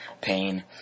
pain